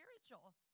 spiritual